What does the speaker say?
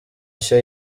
nshya